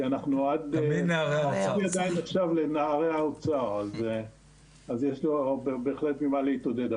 כי אני עדיין נחשב לנערי האוצר אז יש פה בהחלט ממה להתעודד.